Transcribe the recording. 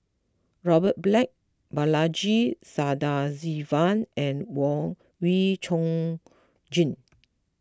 Robert Black Balaji Sadasivan and Wee Chong Jin